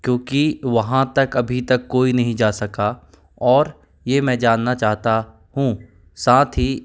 क्योंकि वहाँ तक अभी तक कोई नहीं जा सका और ये मैं जानना चाहता हूँ साथ ही